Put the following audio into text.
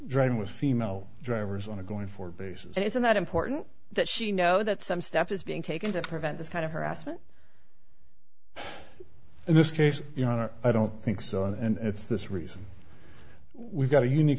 driving with female drivers on a going forward basis and isn't that important that she know that some step is being taken to prevent this kind of harassment in this case you know i don't i don't think so and it's this reason we've got a unique